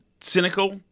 cynical